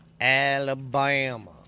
Alabama